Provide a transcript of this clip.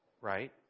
right